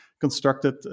constructed